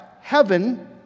heaven